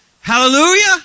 Hallelujah